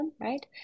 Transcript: right